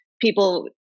people